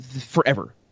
forever